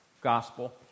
gospel